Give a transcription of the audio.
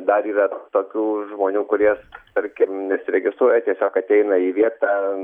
dar yra tokių žmonių kuries tarkim nesiregistruoja tiesiog ateina į vietą